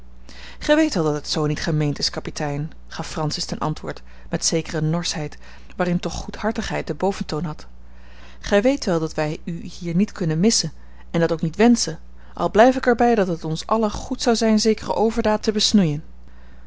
gij weet wel dat het zoo niet gemeend is kapitein gaf francis ten antwoord met zekere norschheid waarin toch goedhartigheid den boventoon had gij weet wel dat wij u hier niet kunnen missen en dat ook niet wenschen al blijf ik er bij dat het ons allen goed zou zijn zekere overdaad te besnoeien